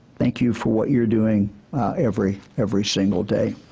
thank you for what you're doing every every single day.